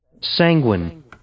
Sanguine